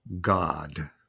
God